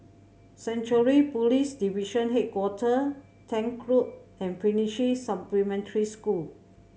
Central Police Division Hi Quarter Tank Road and Finnish Supplementary School